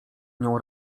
nią